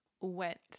went